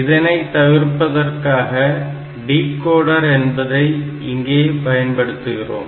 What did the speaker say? இதனை தவிர்ப்பதற்காக டிகோடர் என்பதை இங்கே பயன்படுத்துகிறோம்